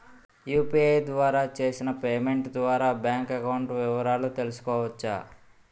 UPI ద్వారా చేసిన payment ద్వారా బ్యాంక్ అకౌంట్ వివరాలు తెలుసుకోవచ్చ?